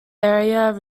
area